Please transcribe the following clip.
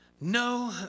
No